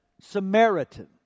Samaritan